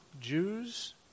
Jews